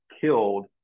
killed